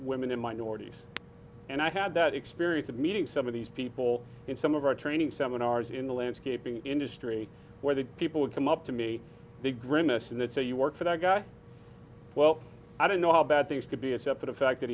women and minorities and i had that experience of meeting some of these people in some of our training seminars in the landscaping industry where the people would come up to me they grimace and they say you work for that guy well i don't know how bad things could be accepted a fact that